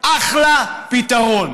אחלה פתרון: